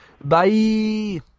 Bye